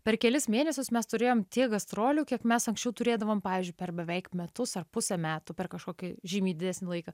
per kelis mėnesius mes turėjom tiek gastrolių kiek mes anksčiau turėdavom pavyzdžiui per beveik metus ar pusę metų per kažkokį žymiai didesnį laiką